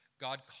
God